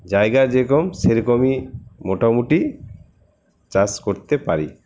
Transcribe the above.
জায়গা যে রকম সে রকমই মোটামুটি চাষ করতে পারি